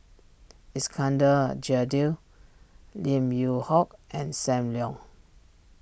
Iskandar Jalil Lim Yew Hock and Sam Leong